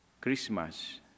Christmas